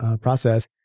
process